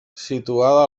situada